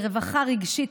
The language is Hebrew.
לרווחה רגשית,